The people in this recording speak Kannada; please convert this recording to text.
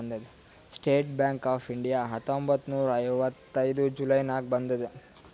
ಸ್ಟೇಟ್ ಬ್ಯಾಂಕ್ ಆಫ್ ಇಂಡಿಯಾ ಹತ್ತೊಂಬತ್ತ್ ನೂರಾ ಐವತ್ತೈದು ಜುಲೈ ನಾಗ್ ಬಂದುದ್